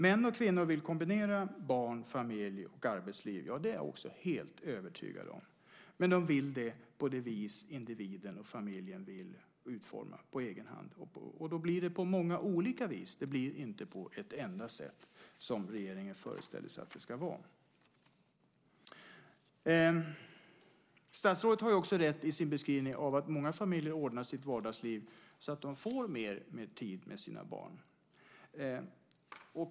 Män och kvinnor vill kombinera barn, familj och arbetsliv. Det är jag också helt övertygad om. Men individen och familjen vill utforma det på egen hand, och då blir det på många olika vis. Det blir inte på ett enda sätt, som regeringen föreställer sig att det ska vara. Statsrådet har också rätt i sin beskrivning av att många familjer ordnar sitt vardagsliv så att de får mer tid med sina barn.